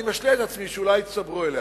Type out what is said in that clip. אני משלה את עצמי שאולי יצטרפו אליה.